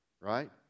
right